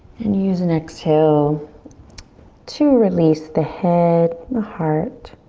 and use an exhale to release the head, the heart